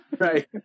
Right